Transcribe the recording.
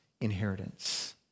inheritance